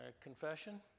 confession